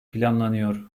planlanıyor